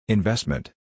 Investment